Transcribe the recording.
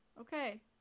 Okay